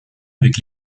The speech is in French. avec